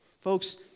Folks